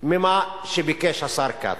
ממה שביקש השר כץ,